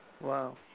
Wow